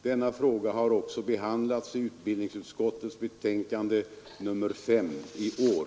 Denna fråga har också behandlats i utbildningsutskottets betänkande nr 5 i år.